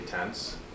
tense